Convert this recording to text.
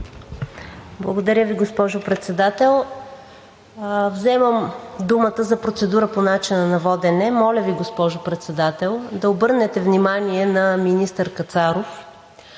Благодаря Ви, госпожо Председател. Вземам думата за процедура по начина на водене. Моля Ви, госпожо Председател, да обърнете внимание на министър Кацаров,